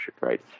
right